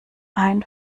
ein